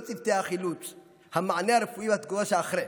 צוותי החילוץ או המענה הרפואי והתגובה שאחרי.